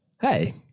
Hey